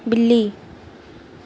بلی